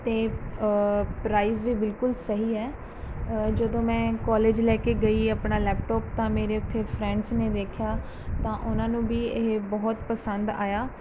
ਅਤੇ ਪ੍ਰਾਈਜ਼ ਵੀ ਬਿਲਕੁਲ ਸਹੀ ਹੈ ਜਦੋਂ ਮੈਂ ਕਾਲਜ ਲੈ ਕੇ ਗਈ ਆਪਣਾ ਲੈਪਟੋਪ ਤਾਂ ਮੇਰੇ ਉੱਥੇ ਫਰੈਂਡਸ ਨੇ ਵੇਖਿਆ ਤਾਂ ਉਹਨਾਂ ਨੂੰ ਵੀ ਇਹ ਬਹੁਤ ਪਸੰਦ ਆਇਆ